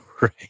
right